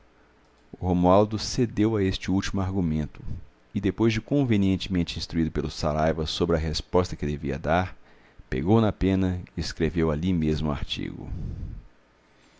o romualdo cedeu a este último argumento e depois de convenientemente instruído pelo saraiva sobre a resposta que devia dar pegou na pena e escreveu ali mesmo o artigo